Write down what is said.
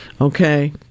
Okay